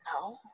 No